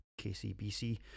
KCBC